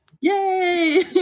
Yay